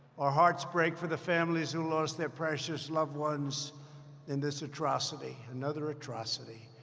our hearts break for the families who lost their precious loved ones in this atrocity. another atrocity.